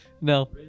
No